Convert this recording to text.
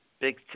Big